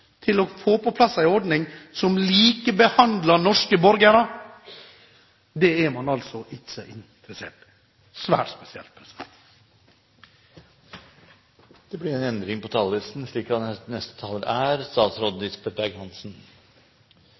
til å få på plass en ordning som likebehandler norske borgere. Det er man altså ikke interessert i. Det er svært spesielt. Bostedskravet er et fiskeripolitisk virkemiddel som bidrar til å sikre en sentral fiskeripolitisk målsetting, nemlig at de